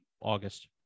August